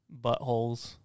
buttholes